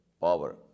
power